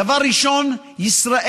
דבר ראשון, ישראל